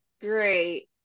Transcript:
great